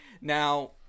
Now